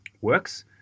works